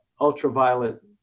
ultraviolet